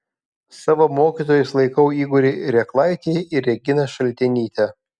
savo mokytojais laikau igorį reklaitį ir reginą šaltenytę